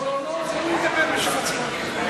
לא לא לא, הוא ידבר בשם עצמו.